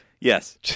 Yes